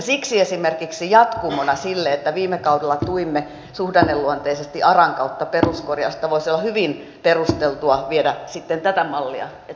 siksi esimerkiksi jatkumona sille että viime kaudella tuimme suhdanneluonteisesti aran kautta peruskorjausta voisi olla hyvin perusteltua viedä sitten tätä mallia eteenpäin